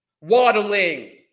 waddling